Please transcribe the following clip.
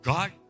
God